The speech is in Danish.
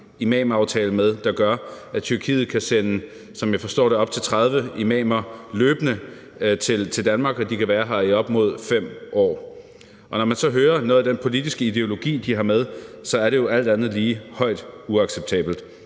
imamaftale med, der gør, at Tyrkiet løbende kan sende, som jeg forstår det, op til 30 imamer til Danmark, og at de kan være her i op mod 5 år. Og når man så hører noget af den politiske ideologi, de har med, er det jo alt andet lige højst uacceptabelt.